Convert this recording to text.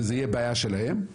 שזו תהיה בעיה שלהם.